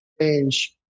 change